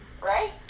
right